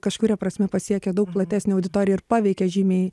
kažkuria prasme pasiekia daug platesnę auditoriją ir paveikia žymiai